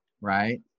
right